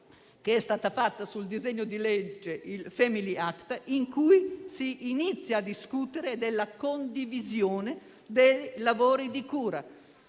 che si è svolta sul disegno di legge, il *family act*, in cui si inizia a discutere della condivisione del lavori di cura.